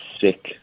sick